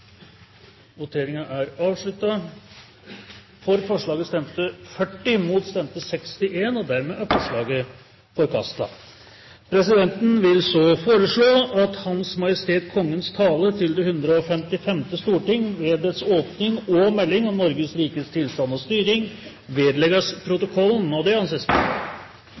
varslet at de støtter forslaget. Presidenten vil så foreslå at Hans Majestet Kongens tale til det 155. storting ved dets åpning og melding om Noregs rikes tilstand og styring vedlegges protokollen. – Det anses